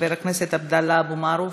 חברת הכנסת מיכל רוזין,